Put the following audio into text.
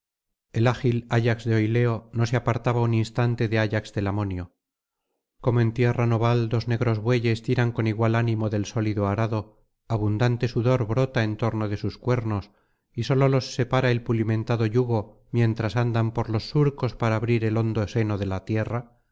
el ágil ayax de oileo no se apartaba un instante de ayax telamonio como en tierra noval dos negros bueyes tiran con igual ánimo del sólido arado abundante sudor brota en torno de sus cuernos y sólo los separa el pulimentado yugo mientras andan por los surcos para abrir el hondo seno de la tierra